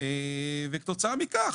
ותוצאה מכך,